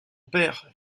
père